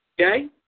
okay